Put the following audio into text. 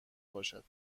باشد